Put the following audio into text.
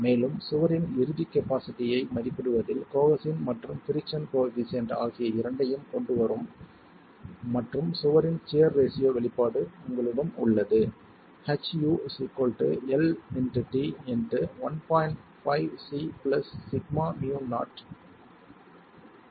மேலும் சுவரின் இறுதித் கபாஸிட்டி ஐ மதிப்பிடுவதில் கோஹெஸின் மற்றும் பிரிக்ஸன் கோயெபிசியன்ட் ஆகிய இரண்டையும் கொண்டு வரும் மற்றும் சுவரின் சியர் ரேஷியோ வெளிப்பாடு உங்களிடம் உள்ளது